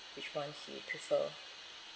which one he prefer